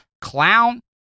clown